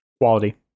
quality